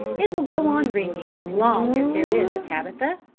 it will go on ringing as long as there is a tabitha,